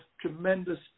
tremendous